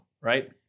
right